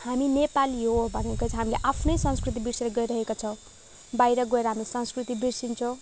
हामी नेपाली हो भनेको चाहिँ हामीले आफ्नै संस्कृति बिर्सेर गइरहेको छौँ बाहिर गएर हामी आफ्नो संस्कृति बिर्सिन्छौँ